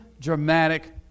dramatic